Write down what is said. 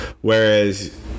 Whereas